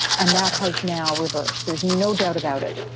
and that has now reversed. there's no doubt about it,